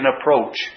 approach